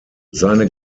seine